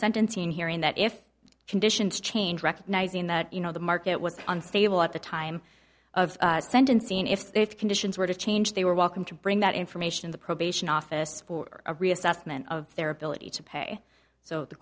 sentencing hearing that if conditions change recognizing that you know the market was unstable at the time of sentencing if their conditions were to change they were welcome to bring that information in the probation office for a reassessment of their ability to pay so the